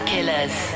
Killers